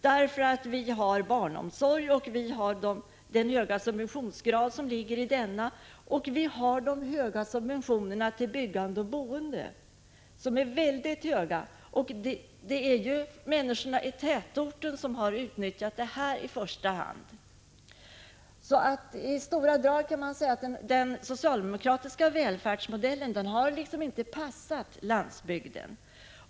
Vi har som exempel barnomsorgen med de stora subventionerna till denna, och vi har de mycket höga subventionerna till byggande och boende. Det är människorna i tätorterna som i första hand har utnyttjat allt detta. Man kan säga att den socialdemokratiska välfärdsmodellen i stora drag inte har passat landsbygden.